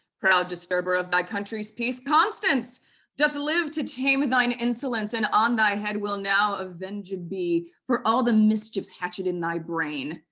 proud, and so but of thy country's peace, constance doth live to tame thine insolence, and on thy head will now avenged be for all the mischiefs hatched in thy brain.